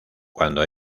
cuando